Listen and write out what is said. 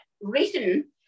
written